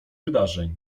wydarzeń